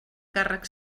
càrrec